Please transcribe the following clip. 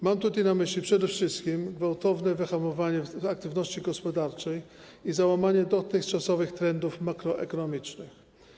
Mam tutaj na myśli przede wszystkim gwałtowne wyhamowanie aktywności gospodarczej i załamanie dotychczasowych trendów makroekonomicznych.